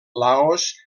laos